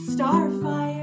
Starfire